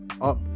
up